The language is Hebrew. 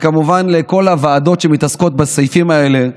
וכמובן לכל הוועדות שמתעסקות בסעיפים האלה: